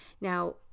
Now